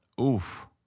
oof